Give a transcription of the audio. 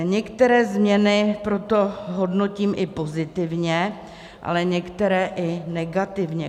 Některé změny proto hodnotím i pozitivně, ale některé i negativně.